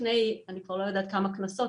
לפני אני לא יודעת כבר כמה קנסות,